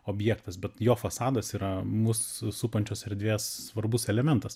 objektas bet jo fasadas yra mus supančios erdvės svarbus elementas